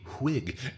Whig